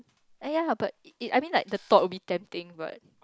eh ya lah but I mean like the thought would be tempting but